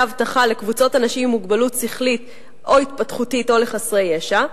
אבטחה לקבוצות אנשים עם מוגבלות שכלית או התפתחותית או לחסרי ישע,